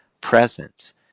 presence